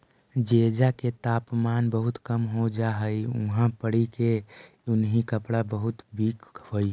जेजा के तापमान बहुत कम हो जा हई उहाँ पड़ी ई उन्हीं कपड़ा बहुत बिक हई